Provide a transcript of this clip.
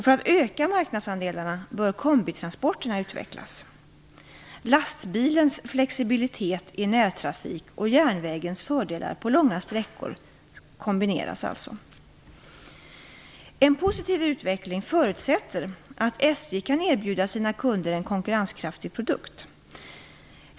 För att öka marknadsandelarna bör kombitransporterna utvecklas. Lastbilens flexibilitet i närtrafik och järnvägens fördelar på långa sträckor kombineras alltså. En positiv utveckling förutsätter att SJ kan erbjuda sina kunder en konkurrenskraftig produkt.